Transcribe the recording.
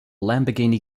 lamborghini